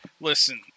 Listen